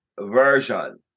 version